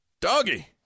Doggy